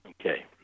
Okay